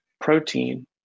protein